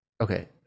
Okay